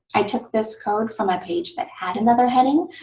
i took this code from a page that had another heading,